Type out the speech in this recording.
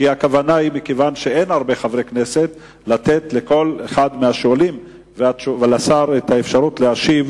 כי הכוונה היא לתת לכל אחד מהשואלים ולשר את האפשרות להשיב.